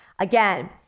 again